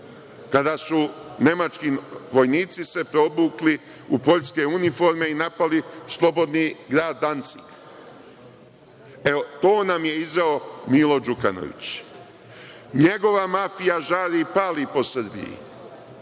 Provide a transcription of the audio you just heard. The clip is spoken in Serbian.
kada su nemački vojnici se preobukli u poljske uniforme i napali slobodni grad Ancik. To nam je izveo Milo Đukanović. Njegova mafija žari i pali po Srbiji.